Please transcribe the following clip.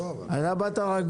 אתה באת רגוע.